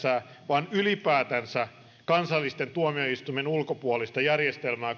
vaan ylipäätänsä kansallisten tuomioistuimien ulkopuolista järjestelmää